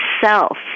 self